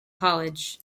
college